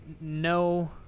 no